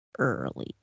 early